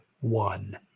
one